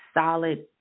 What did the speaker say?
solid